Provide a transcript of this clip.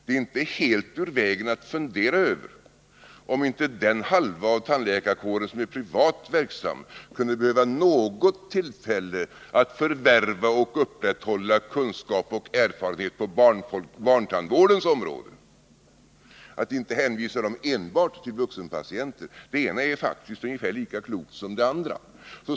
Det är inte helt ur vägen att fundera över om inte den halva av tandläkarkåren som är privat verksam kunde behöva något tillfälle att förvärva och upprätthålla kunskap och erfarenhet på barntandvårdens område, så att den inte enbart är hänvisad till vuxenpatienter. Det ena är faktiskt ungefär lika klokt som det andra.